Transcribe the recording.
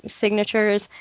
signatures